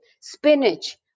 spinach